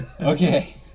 Okay